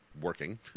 working